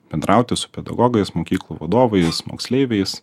bendrauti su pedagogais mokyklų vadovais moksleiviais